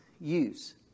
use